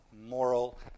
moral